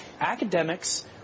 Academics